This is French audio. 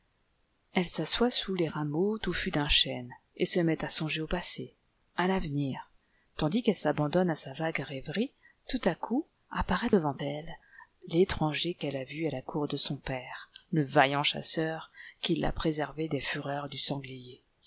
elle s'assoit sous les rameaux touffus d'un chêne et se met à songer au passé à l'avenir tandis qu'elle s'abandonne à sa vague rêverie tout à coup apparaît devant elle l'étranger qu'elle a vu à la cour de son père le vaillant chasseur qui l'a préservée des fureurs du sanglier